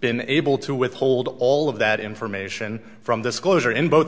been able to withhold all of that information from disclosure in both